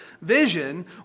vision